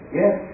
yes